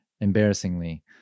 embarrassingly